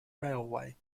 railway